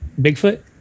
Bigfoot